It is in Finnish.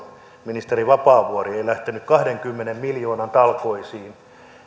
ministeri vapaavuori ei lähtenyt kahdenkymmenen miljoonan talkoisiin